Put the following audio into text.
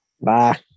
Bye